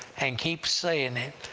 and keep saying it,